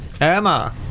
Emma